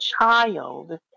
child